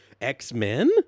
X-Men